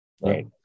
right